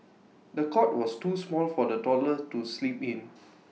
the cot was too small for the toddler to sleep in